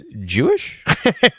Jewish